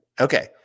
Okay